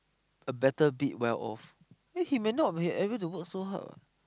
a better bit well off then he may not able to work so hard [what]